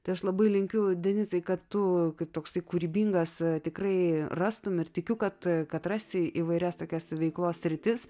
tai aš labai linkiu denisai kad tu toks kūrybingas tikrai rastumei ir tikiu kad katras į įvairias tokias veiklos sritis